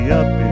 up